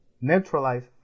neutralize